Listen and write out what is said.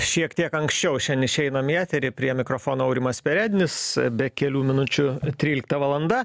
šiek tiek anksčiau šian išeinam į eterį prie mikrofono aurimas perednis be kelių minučių trylikta valanda